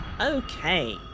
Okay